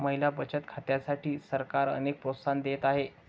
महिला बचत खात्यांसाठी सरकार अनेक प्रोत्साहन देत आहे